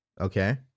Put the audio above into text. okay